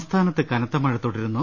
സംസ്ഥാനത്ത് കനത്ത മഴ തുടരുന്നു